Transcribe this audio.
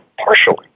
partially